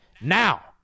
Now